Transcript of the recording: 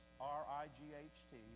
R-I-G-H-T